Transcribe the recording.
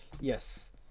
Yes